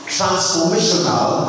Transformational